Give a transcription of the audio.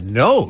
no